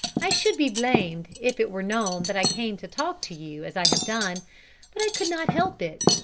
i should be blamed if it were known that i came to talk to you as i have done but i could not help it,